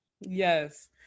Yes